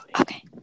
Okay